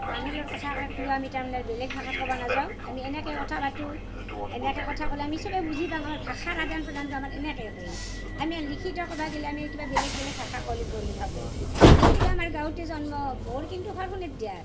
মানুহৰ লগত কথা পাতিলিও আমি তাৰমানে বেলেগ ভাষাত কবা নাযাওঁ আমি এনেকেই কথা পাতোঁ এনেকে কথা কলে আমি চবে বুজি পাওঁ আমাৰ ভাষাৰ আদান প্ৰদানটো আমাৰ এনেকেই হয় আমি লিখিত কবা গেলে আমাৰ কিবা বেলেগ বেলেগ ভাষা ক'লি বুলি ভাবোঁ যিহেতুকে আমাৰ গাঁৱতেই জন্ম মোৰ কিন্তু ঘৰ সোনেইদিয়াত